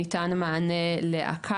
ניתן מענה ל ---,